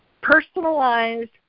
Personalized